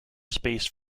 space